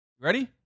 ready